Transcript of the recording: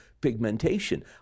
pigmentation